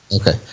Okay